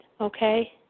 Okay